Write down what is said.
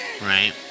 Right